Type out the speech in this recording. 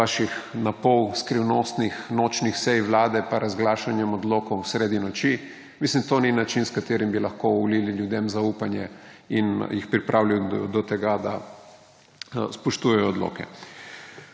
vaših napol skrivnostnih nočnih sej Vlade pa razglašanje odlokov sredi noči. Mislim, da to ni način, s katerim bi lahko vlili ljudem zaupanje in jih pripravili do tega, da spoštujejo odloke.